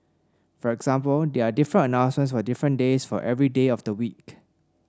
for example there are different announcements for different days for every day of the week